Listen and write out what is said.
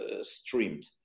streamed